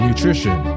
Nutrition